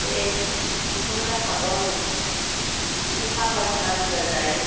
देह बिदिखौनो नांखागौ आंनो बिदिखौ फानब्लासो मानसिफोरा जायो